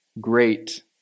great